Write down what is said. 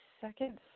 second